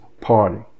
party